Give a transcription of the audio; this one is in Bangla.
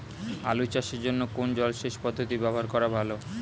আলু চাষের জন্য কোন জলসেচ পদ্ধতি ব্যবহার করা ভালো?